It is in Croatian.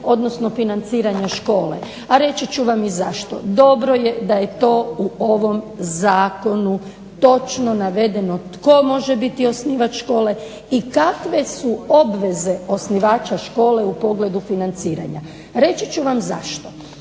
odnosno financiranja škole, a reći ću vam i zašto. Dobro je da je to u ovom zakonu točno navedeno tko može biti osnivač škole i kakve su obveze osnivača škole u pogledu financiranja. Reći ću vam zašto.